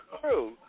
true